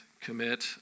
commit